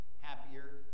happier